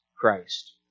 Christ